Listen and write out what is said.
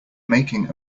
making